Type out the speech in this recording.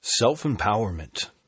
Self-empowerment